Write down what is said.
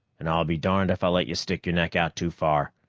and i'll be darned if i'll let you stick your neck out too far.